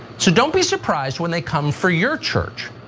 so don't be surprised when they come for your church.